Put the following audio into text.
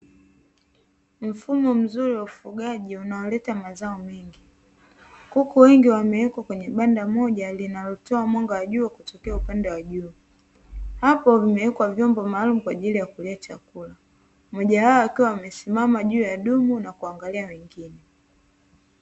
Mfumo mzuri wa ufugaji unaoleta mazao mengi kuku wengi wamewekwa kwenye banda moja linalotoa mwanga wa jua kutokea upande wa juu, hapo vimewekwa vyombo maalumu kwa ajili ya kulia chakula; mmoja wao akiwa amesimama juu ya dumu na kuangalia wengine.